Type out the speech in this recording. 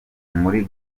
muri